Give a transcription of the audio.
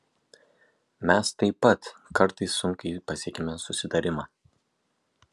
mes taip pat kartais sunkiai pasiekiame susitarimą